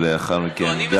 לא, אני מסכם.